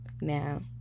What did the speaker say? now